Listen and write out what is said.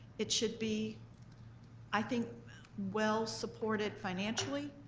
it should be i think well supported financially,